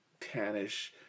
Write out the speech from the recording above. tannish